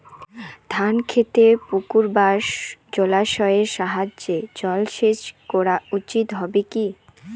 ধান খেতে পুকুর বা জলাশয়ের সাহায্যে জলসেচ করা উচিৎ হবে কি?